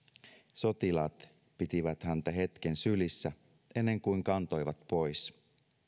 sotilaat pitivät häntä hetken sylissä ennen kuin kantoivat pois